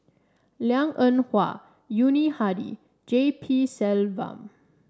Lliang Eng Hwa Yuni Hadi G P Selvam